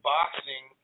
Boxing